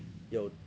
有